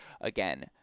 again